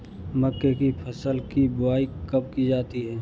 मक्के की फसल की बुआई कब की जाती है?